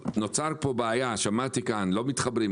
נוצרה בעיה כמו ששמענו פה שמתחברים או לא מתחברים,